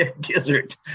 Gizzard